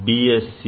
Sc B